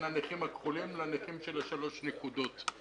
הנכים הכחולים לנכים של שלוש הנקודות.